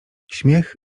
śmiech